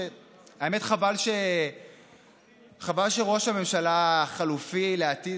האמת היא שחבל שראש הממשלה החלופי לעתיד,